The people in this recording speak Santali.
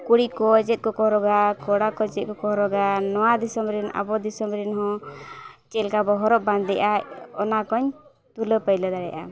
ᱠᱩᱲᱤ ᱠᱚ ᱪᱮᱫ ᱠᱚᱠᱚ ᱦᱚᱨᱚᱜᱟ ᱠᱚᱲᱟ ᱠᱚ ᱪᱮᱫ ᱠᱚᱠᱚ ᱦᱚᱨᱚᱜᱟ ᱱᱚᱣᱟ ᱫᱤᱥᱚᱢ ᱨᱮ ᱟᱵᱚ ᱫᱤᱥᱚᱢ ᱨᱮᱱ ᱦᱚᱸ ᱪᱮᱫᱠᱟ ᱵᱚᱱ ᱦᱚᱨᱚᱜ ᱵᱟᱸᱫᱮᱜᱼᱟ ᱚᱱᱟᱠᱚᱧ ᱛᱩᱞᱟᱹ ᱯᱟᱭᱞᱟᱹ ᱫᱟᱲᱮᱭᱟᱜᱼᱟ